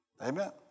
Amen